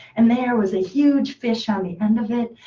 and there was a huge fish on the end of it.